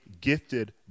gifted